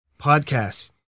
Podcasts